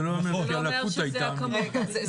זה לא אומר שהלקות הייתה אמיתית.